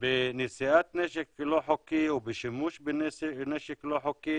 בנשיאת נשק לא חוקי ובשימוש בנשק לא חוקי